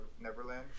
Neverland